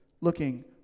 looking